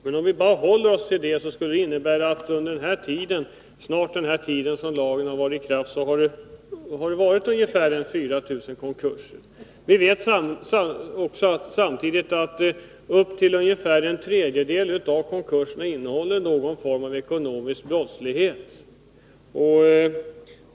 Men om vi håller oss till dessa siffror, skulle det innebära att det under den tid lagen varit i kraft har inträffat ungefär 4000 konkurser. Samtidigt vet vi att ungefär en tredjedel av konkurserna omfattar någon form av ekonomisk brottslighet.